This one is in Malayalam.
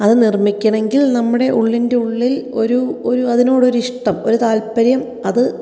അത് നിര്മ്മിക്കണമെങ്കില് നമ്മുടെ ഉള്ളിന്റെ ഉള്ളില് ഒരു ഒരു അതിനോട് ഒരു ഇഷ്ടം ഒരു താത്പര്യം അത്